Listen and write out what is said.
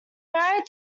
married